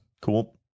cool